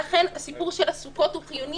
לכן, הסיפור של הסוכות הוא חיוני.